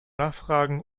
nachfragen